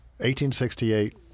1868